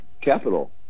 Capital